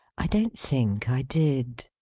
i don't think i did.